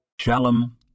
Shalom